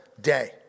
day